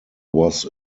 was